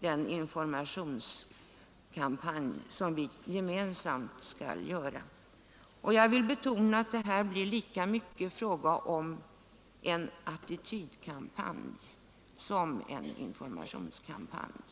den informationskampanj som våra båda förbund gemensamt skall genomföra. Jag vill betona att det blir lika mycket fråga om en attitydkampanj som om en informationskampanj.